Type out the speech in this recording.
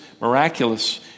miraculous